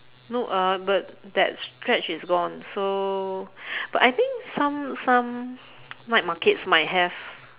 no uh but that stretch is gone so but I think some some night markets might have